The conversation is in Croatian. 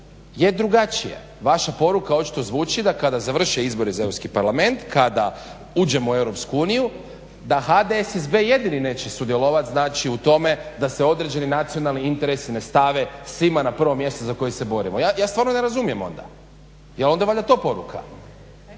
je drugačije. Vaša poruka očito zvuči da kada završe izbori za Europski parlament, kada uđemo u EU da HDSSB jedini neće sudjelovat znači u tome da se određeni nacionalni interesi ne stave svima na prvo mjesto za koje se borimo. Ja stvarno ne razumijem onda, je onda to valjda poruka.